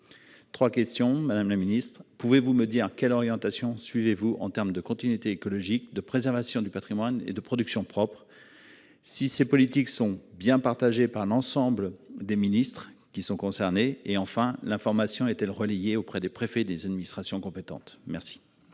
3 questions Madame la Ministre, pouvez-vous me dire quelle orientation suivez-vous en terme de continuité écologique de préservation du Patrimoine et de production propre. Si ces politiques sont bien partagées par l'ensemble des ministres qui sont concernés et enfin l'information est-elle relayée auprès des préfets des administrations compétentes, merci.